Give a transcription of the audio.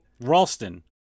Ralston